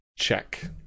Check